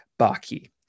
Baki